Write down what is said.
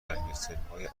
گنسگترهای